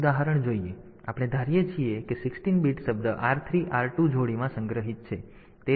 આપણે ધારીએ છીએ કે 16 બીટ શબ્દ r3 r2 જોડીમાં સંગ્રહિત છે